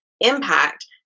impact